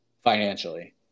financially